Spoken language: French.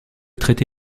traité